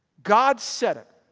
god said it,